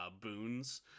boons